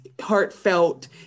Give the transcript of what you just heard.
heartfelt